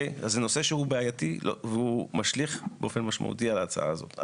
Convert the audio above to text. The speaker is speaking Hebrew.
זה נושא שהוא בעייתי והוא משליך באופן משמעותי על ההצעה הזאת.